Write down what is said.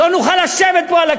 לא נוכל לשבת פה על הכיסאות.